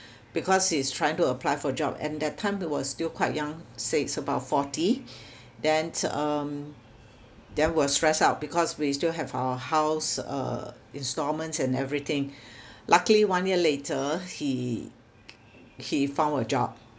because he's trying to apply for job and that time he was still quite young six about forty then um then were stressed out because we still have our house uh instalments and everything luckily one year later he he found a job